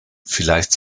vielleicht